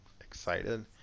excited